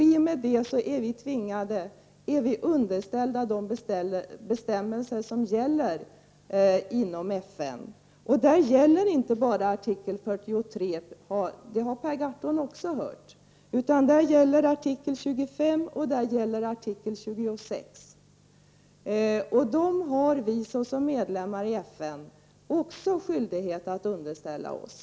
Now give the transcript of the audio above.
I och med det är vi underställda de bestämmelser som gäller inom FN. Där gäller inte bara artikel 43 -- det har Per Gahrton också hört -- utan även artikel 25 och artikel 26, som vi som medlemmar i FN har skyldighet att underställa oss.